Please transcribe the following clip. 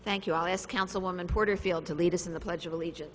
thank you all this councilwoman porterfield to lead us in the pledge of allegiance